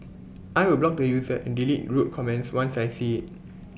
I will block the user and delete rude comments once I see IT